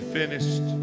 finished